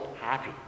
happy